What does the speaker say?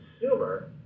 consumer